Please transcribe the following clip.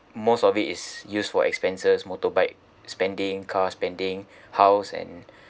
most of it is used for expenses motorbike spending car spending house and